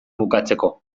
bukatzeko